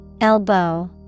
Elbow